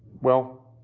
well,